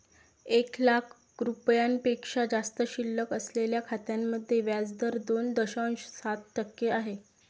एक लाख रुपयांपेक्षा जास्त शिल्लक असलेल्या खात्यांमध्ये व्याज दर दोन दशांश सात टक्के आहे